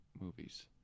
movies